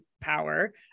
power